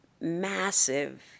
massive